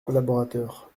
collaborateurs